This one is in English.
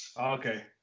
Okay